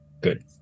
Good